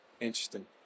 interesting